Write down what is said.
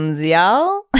y'all